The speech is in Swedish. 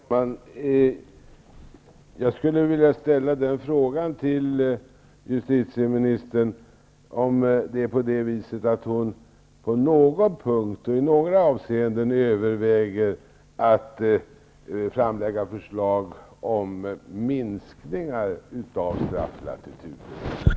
Herr talman! Jag vill fråga justitieministern om hon på någon punkt och i något avseende överväger att framlägga förslag om minskningar av strafflatituder.